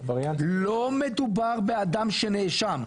לא מדובר באדם שנאשם,